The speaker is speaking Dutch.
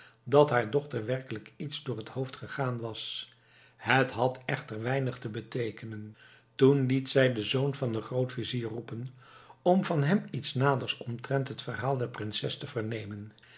dat haar dochter werkelijk iets door het hoofd gegaan was het had echter weinig te beteekenen toen liet zij den zoon van den grootvizier roepen om van hem iets naders omtrent het verhaal der prinses te vernemen